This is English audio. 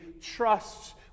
trusts